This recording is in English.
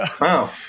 Wow